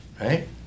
Right